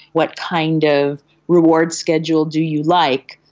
what kind of reward schedule do you like,